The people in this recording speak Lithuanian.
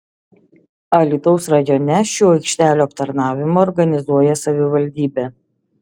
alytaus rajone šių aikštelių aptarnavimą organizuoja savivaldybė